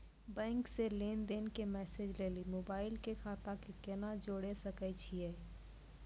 Bank से लेंन देंन के मैसेज लेली मोबाइल के खाता के केना जोड़े सकय छियै?